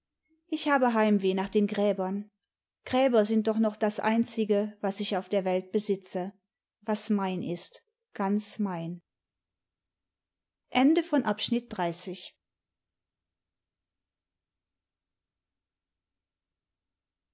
ich habe heimweh nach den gräbern gräber sind doch noch das einzige was ich auf der welt besitze was mein ist ganz mein